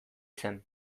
zen